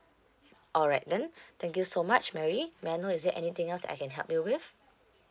alright then thank you so much mary may I know is there anything else that I can help you with